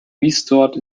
restored